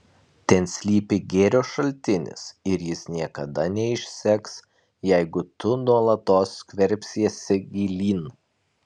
ten slypi gėrio šaltinis ir jis niekada neišseks jeigu tu nuolatos skverbsiesi gilyn